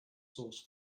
sauce